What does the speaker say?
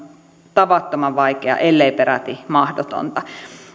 tavattoman vaikeaa ellei peräti mahdotonta